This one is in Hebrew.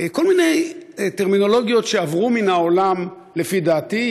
כל מיני טרמינולוגיות שעברו מן העולם, לפי דעתי.